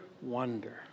wonder